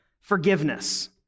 Forgiveness